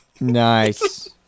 Nice